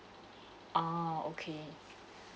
ah okay